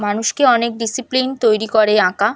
মানুষকে অনেক ডিসিপ্লিন তৈরি করে আঁকা